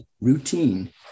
Routine